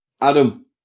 Adam